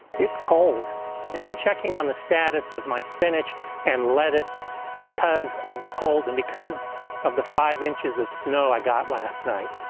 it's cold and i'm checking on the status of my spinach and lettuce because of the cold and because of the five inches of snow i got last night.